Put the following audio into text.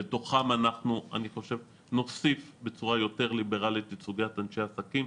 לתוכם אני חושב שאנחנו נוסיף בצורה יותר ליברלית את סוגיית אנשי העסקים.